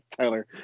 Tyler